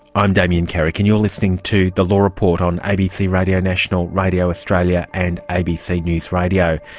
i'm damien carrick and you're listening to the law report on abc radio national, radio australia and abc news radio,